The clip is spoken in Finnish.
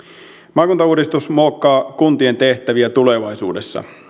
maakuntauudistus muokkaa kuntien tehtäviä tulevaisuudessa